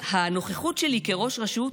הנוכחות שלי כראש רשות